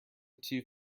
two